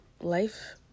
life